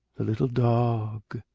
the little dog.